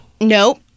Nope